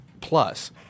plus